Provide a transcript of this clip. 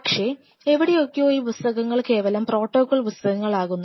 പക്ഷേ എവിടെയൊക്കെയോ ഈ പുസ്തകങ്ങൾ കേവലം പ്രോട്ടോകോൾ പുസ്തകങ്ങൾ ആകുന്നു